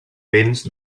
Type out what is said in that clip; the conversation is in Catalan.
vents